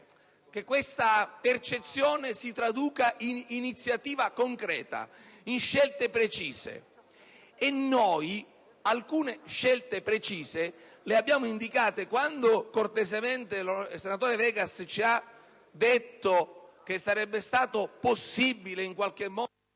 che tale percezione si traduca in iniziativa concreta, in scelte precise. E noi alcune scelte precise le abbiamo indicate. Quando cortesemente l'onorevole Vegas ci ha detto che sarebbe stato possibile... *(Il